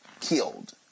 killed